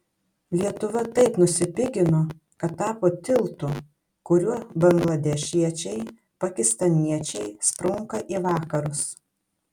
lietuva taip nusipigino kad tapo tiltu kuriuo bangladešiečiai pakistaniečiai sprunka į vakarus